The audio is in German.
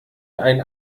ein